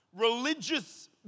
religious